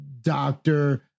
doctor